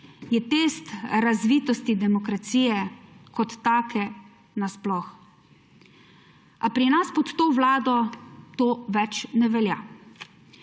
Je test razvitosti demokracije kot take na sploh. A pri nas pod to vlado to več ne velja.